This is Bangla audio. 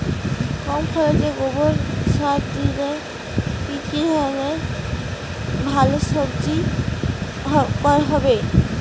কম খরচে গোবর সার দিয়ে কি করে ভালো সবজি হবে?